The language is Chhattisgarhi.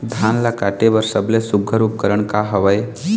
धान ला काटे बर सबले सुघ्घर उपकरण का हवए?